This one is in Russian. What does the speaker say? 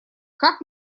как